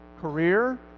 career